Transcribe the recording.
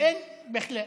אין בכלל.